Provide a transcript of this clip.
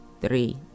three